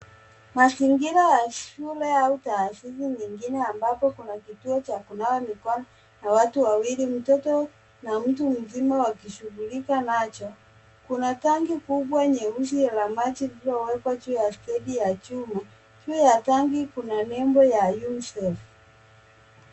Mazingira ya shule au taasisi nyingine ambapo kuna kituo cha kunawa mikono na watu wawili, mtoto na mtu mzima wakishughulika nacho. Kuna tangi kubwa nyeusi la maji, lililowekwa juu ya stendi ya chuma. Juu ya tangi kuna nembo ya [csUnicef .